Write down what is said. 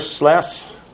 less